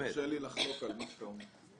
תרשה לי לחלוק על מה שאתה אומר.